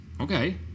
Okay